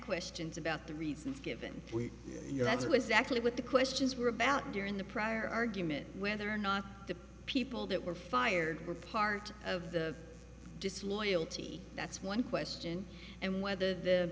questions about the reasons given your answer exactly what the questions were about during the prior argument whether or not the people that were fired were part of the disloyalty that's one question and whether the